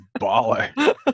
baller